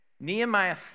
Nehemiah